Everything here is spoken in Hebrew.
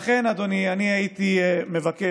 לכן, אדוני, אני הייתי מבקש